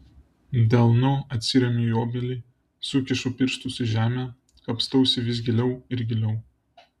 delnu atsiremiu į obelį sukišu pirštus į žemę kapstausi vis giliau ir giliau